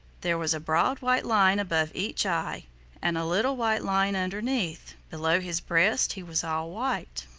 there was a broad white line above each eye and a little white line underneath. below his breast he was all white.